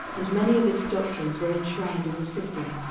and many of its doctrines were enshrined in the system.